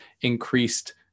increased